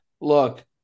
Look